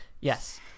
Yes